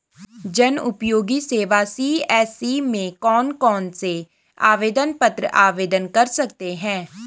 जनउपयोगी सेवा सी.एस.सी में कौन कौनसे आवेदन पत्र आवेदन कर सकते हैं?